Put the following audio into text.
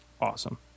awesome